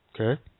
Okay